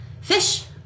fish